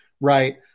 Right